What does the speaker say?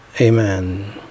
Amen